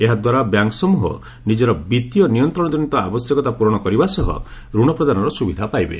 ଏହାଦ୍ୱାରା ବ୍ୟାଙ୍କ୍ସମ୍ଭହ ନିଜର ବିତ୍ତୀୟ ନିୟନ୍ତ୍ରଣଜନିତ ଆବଶ୍ୟକତା ପୂରଣ କରିବା ସହ ଋଣ ପ୍ରଦାନର ସୁବିଧା ପାଇବେ